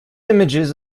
images